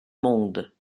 monde